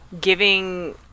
giving